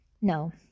No